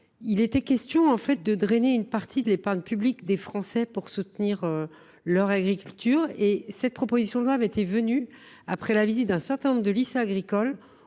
Il s’agissait de drainer une partie de l’épargne publique des Français pour soutenir leur agriculture. Cette proposition de loi avait été élaborée après la visite d’un certain nombre de lycées agricoles